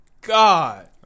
God